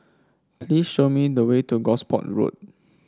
please show me the way to Gosport Road